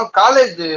college